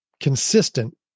consistent